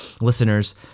listeners